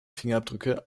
fingerabdrücke